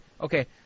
okay